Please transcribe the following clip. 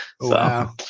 Wow